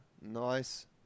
Nice